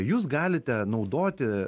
jūs galite naudoti